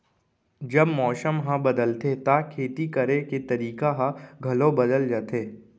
जब मौसम ह बदलथे त खेती करे के तरीका ह घलो बदल जथे?